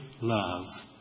love